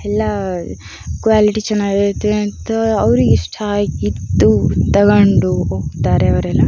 ಎಲ್ಲ ಕ್ವಾಲಿಟಿ ಚೆನ್ನಾಗಿರತ್ತೆ ಅಂತ ಅವರಿಗೆ ಇಷ್ಟ ಆಗಿದ್ದು ತೊಗೊಂಡು ಹೋಗ್ತಾರೆ ಅವರೆಲ್ಲ